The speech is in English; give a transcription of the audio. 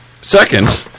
Second